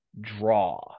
draw